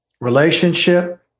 relationship